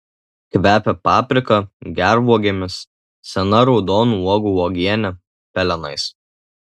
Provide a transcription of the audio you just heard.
kvepia paprika gervuogėmis sena raudonų uogų uogiene pelenais